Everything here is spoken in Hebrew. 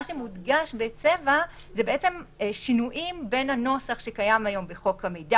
מה שמודגש בצבע זה שינויים בין הנוסח שקיים היום בחוק המידע